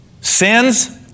sins